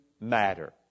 matter